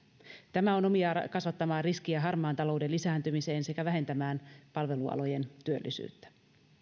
tämä on omiaan kasvattamaan riskiä harmaan talouden lisääntymiseen sekä vähentämään palvelualojen työllisyyttä